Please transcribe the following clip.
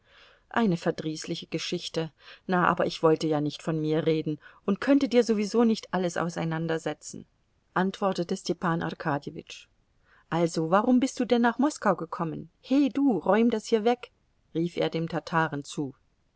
eine verdrießliche geschichte na aber ich wollte ja nicht von mir reden und könnte dir sowieso nicht alles auseinandersetzen antwortete stepan arkadjewitsch also warum bist du denn nach moskau gekommen he du räum das hier weg rief er dem tataren zu